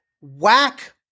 whack